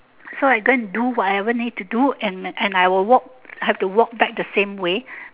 so I go and do whatever need to do and and I will walk have to walk back the same way